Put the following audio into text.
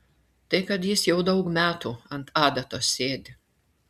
tai kad jis jau daug metų ant adatos sėdi